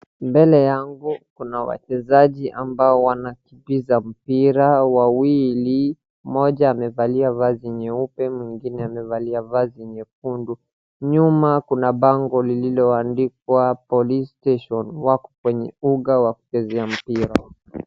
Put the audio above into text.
Mbele yangu kuna wachezaji ambao wanakimbisha mpira wawili mmoja amevalia vazi nyeupe mwingine amevalia vazi nyekundu. Nyuma kuna bango lilo andikwa police station wako kwenye uga wa kuchezea mpira.